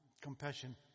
compassion